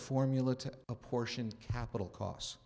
formula to apportion capital costs